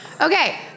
Okay